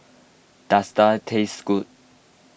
does Daal taste good